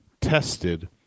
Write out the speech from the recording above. tested